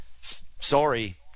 sorry